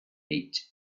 meet